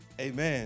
Amen